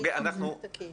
ולבדוק שזה תקין.